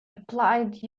applied